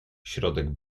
środek